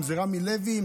אם זה רמי לוי,